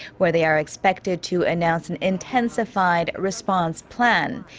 where they are expected to announce an intensified response plan.